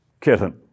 kitten